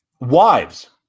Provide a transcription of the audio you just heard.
Wives